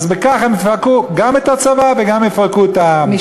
אז בכך הם יפרקו גם את הצבא וגם יפרקו את העם,